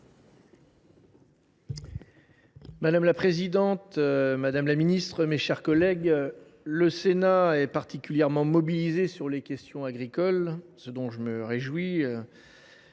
Madame la présidente, madame la ministre, mes chers collègues, le Sénat est particulièrement mobilisé sur les questions agricoles, ce dont je me réjouis.